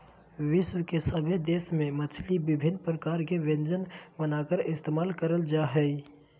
विश्व के सभे देश में मछली विभिन्न प्रकार के व्यंजन बनाकर इस्तेमाल करल जा हइ